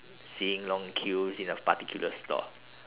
seeing long queues in a particular store